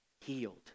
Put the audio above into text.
healed